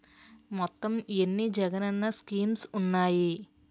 మొత్తం ఎన్ని జగనన్న స్కీమ్స్ ఉన్నాయి?